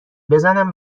بزنم